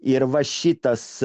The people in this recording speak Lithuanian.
ir va šitas